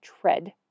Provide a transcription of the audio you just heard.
Tread